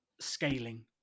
scaling